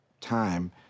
time